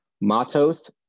Matos